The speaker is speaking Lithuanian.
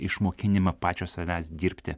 išmokinimą pačio savęs dirbti